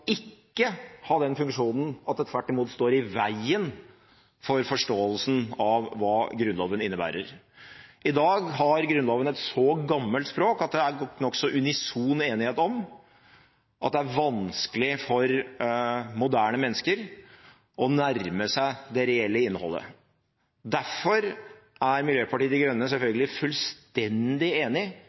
ikke ha den funksjonen at det tvert imot står i veien for forståelsen av hva Grunnloven innebærer. I dag har Grunnloven et så gammelt språk at det er nokså unison enighet om at det er vanskelig for moderne mennesker å nærme seg det reelle innholdet. Derfor er Miljøpartiet De Grønne selvfølgelig fullstendig enig